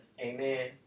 Amen